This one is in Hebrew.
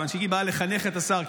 כיוון שהיא באה לחנך את השר.